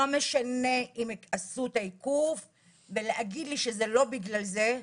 לא משנה אם תעשו את העיקוף ואמרו לי שזה לא בגלל זה,